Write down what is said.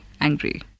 angry